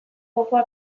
gogoa